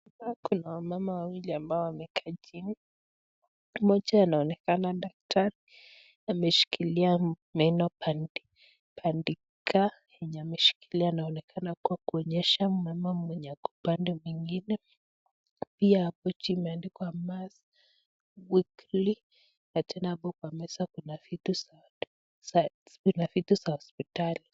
Hapa kuna wamama wawili ambao wamekaa chini, mmoja anaonekana daktari ameshikilia meno bandika yenye ameshikilia inaonekana kuwa kuonyesha mama mwenye ako upande mwingine na pia hapo chini imeandikwa Mass weekly na pia hapo kwa meza kuna vitu za hospitali.